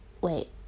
Wait